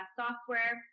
software